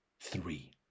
three